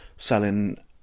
Selling